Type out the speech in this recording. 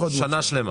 מאושרות שנה שלמה